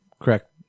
correct